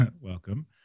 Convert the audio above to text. Welcome